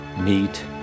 meet